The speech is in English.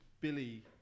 Billy